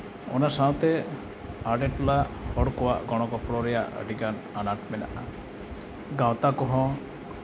ᱚᱱᱟ ᱥᱟᱶᱛᱮ ᱟᱰᱮ ᱴᱚᱞᱟ ᱦᱚᱲ ᱠᱚᱣᱟᱜ ᱜᱚᱲᱚᱼᱜᱚᱯᱚᱲᱚ ᱨᱮᱭᱟᱜ ᱟᱹᱰᱤᱜᱟᱱ ᱟᱱᱟᱴ ᱢᱮᱱᱟᱜᱼᱟ ᱜᱟᱶᱛᱟ ᱠᱚᱦᱚᱸ